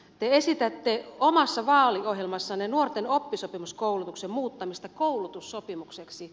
te esitätte omassa vaaliohjelmassanne nuorten oppisopimuskoulutuksen muuttamista koulutussopimukseksi